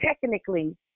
technically